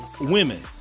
women